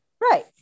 Right